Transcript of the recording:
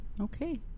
Okay